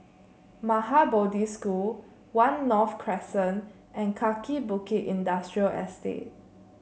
Maha Bodhi School One North Crescent and Kaki Bukit Industrial Estate